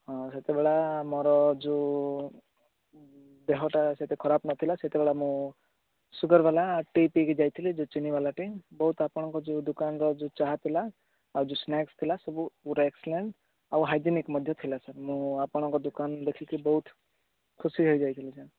ହଁ ସେତେବେଳେ ମୋର ଯୁ ଦେହଟା ସେତେ ଖରାପ ନଥିଲା ସେତେବେଳେ ମୁଁ ସୁଗର୍ ୱାଲା ଟି ପିଇକି ଯାଇଥିଲି ଯେଉଁ ଚିନି ୱାଲା ଟି ବହୁତ ଆପଣଙ୍କ ଯୁ ଦୋକାନରେ ଯୁ ଚାହା ଥିଲା ଆଉ ଯୋ ସ୍ନାକ୍ସ ଥିଲା ସବୁ ପୁରା ଏକ୍ସିଲେଣ୍ଟ ଆଉ ହାଇଜେନିକ୍ ମଧ୍ୟ ଥିଲା ସାର୍ ମୁଁ ଆପଣଙ୍କ ଦୋକାନ ଦେଖିକି ବହୁତ ଖୁସି ହେଇ ଯାଇଥିଲି ସାର୍